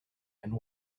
and